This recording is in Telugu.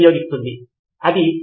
మీరు చెబుతున్నది అదేనా